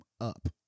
up